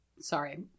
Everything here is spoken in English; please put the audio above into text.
Sorry